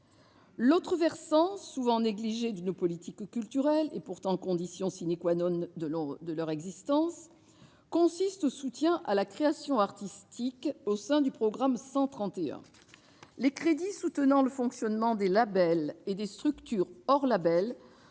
L'autre versant, souvent négligé de nos politiques culturelles, et pourtant condition de leur existence, consiste au soutien à la création artistique, au sein du programme 131. Les crédits soutenant le fonctionnement des labels et des structures hors labels